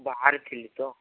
ବାହାରେ ଥିଲି ତ